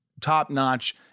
top-notch